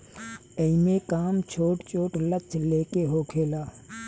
एईमे काम छोट छोट लक्ष्य ले के होखेला